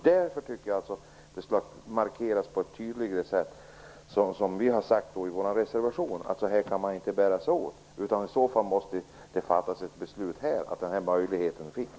Därför tycker jag, som vi har skrivit i reservationen, att det bör markeras på ett tydligare sätt att man inte kan bära sig åt så här. I så fall måste riksdagen fatta ett beslut om att denna möjlighet skall finnas.